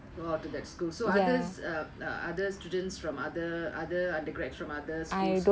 oh to that school so others err other students from other other undergraduates from other schools